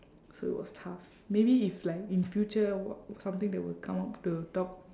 so it was tough maybe if like in future w~ something that would come up to talk